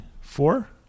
four